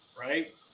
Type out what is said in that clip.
Right